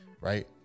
right